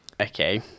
okay